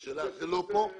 זה לא פה?